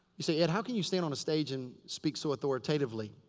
you say, ed, how can you stand on a stage and speak so authoritatively?